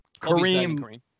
Kareem